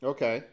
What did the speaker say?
Okay